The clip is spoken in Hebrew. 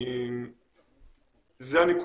זו הנקודה.